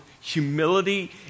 humility